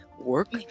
work